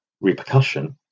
repercussion